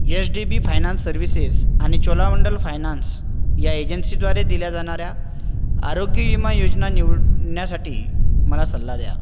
H D B finance services आणि Cholamandal finance या एजन्सीद्वारे दिल्या जाणाऱ्या आरोग्य विमा योजना निवडण्यासाठी मला सल्ला द्या